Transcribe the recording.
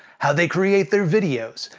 how they create their videos,